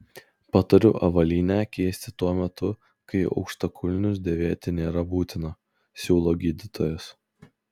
patariu avalynę keisti tuo metu kai aukštakulnius dėvėti nėra būtina siūlo gydytojas